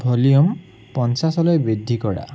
volume পঞ্চাছলৈ বৃদ্ধি কৰা